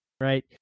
right